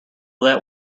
that